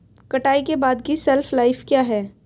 कटाई के बाद की शेल्फ लाइफ क्या है?